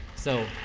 so,